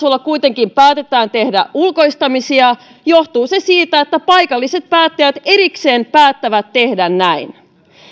kuntatasolla kuitenkin päätetään tehdä ulkoistamisia johtuu se siitä että paikalliset päättäjät erikseen päättävät tehdä näin